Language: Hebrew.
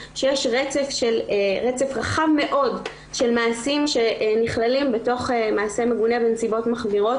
שיש רצף רחב מאוד של מעשים שנכללים בתוך מעשה מגונה בנסיבות מחמירות.